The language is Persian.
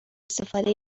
استفاده